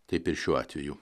taip ir šiuo atveju